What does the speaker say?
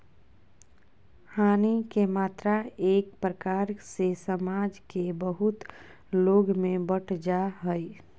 हानि के मात्रा एक प्रकार से समाज के बहुत लोग में बंट जा हइ